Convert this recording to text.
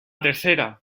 tercera